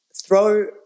throw